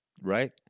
right